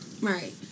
Right